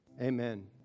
Amen